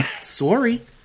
Sorry